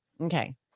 Okay